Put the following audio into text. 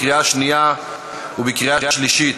לקריאה שנייה ולקריאה שלישית.